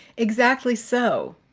exactly so.